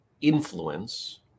influence